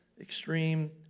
extreme